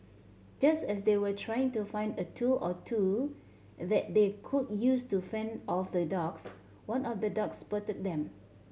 just as they were trying to find a tool or two that they could use to fend off the dogs one of the dogs spotted them